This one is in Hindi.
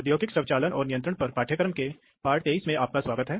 औद्योगिक स्वचालन नियंत्रण के 30 वे पाठ में आपका स्वागत है